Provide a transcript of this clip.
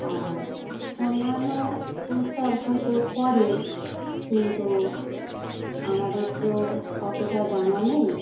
আর অন্যান্য উৎসব হয়তো করে কিন্তু আমাদের তো অতটা জানা নেই